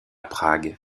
prague